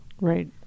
Right